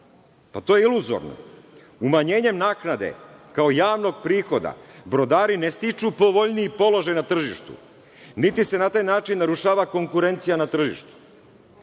To je iluzorno. Umanjenjem naknade kao javnog prihoda brodari i ne stiču povoljniji položaj na tržištu niti se na taj način narušava konkurencija na tržištu,